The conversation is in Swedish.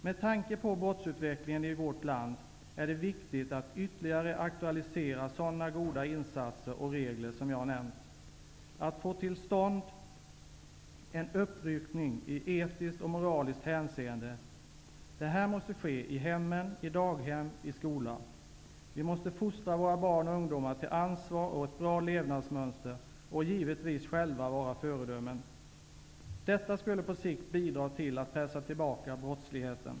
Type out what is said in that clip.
Med tanke på brottsutvecklingen i vårt land är det viktigt att ytterligare aktualisera sådana goda insatser och regler som jag nämnt, att få till stånd en uppryckning i etiskt och moraliskt hänseende. Det måste ske i hemmen, i daghem och i skola. Vi måste fostra våra barn och ungdomar till ansvar och ett bra levnadsmönster och givetvis själva vara föredömen. Detta skulle på sikt bidra till att pressa tillbaka brottsligheten.